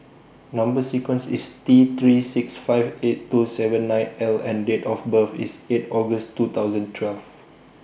Number sequence IS T three six five eight two seven nine L and Date of birth IS eight August two thousand twelve